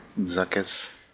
Zuckus